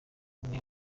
hamwe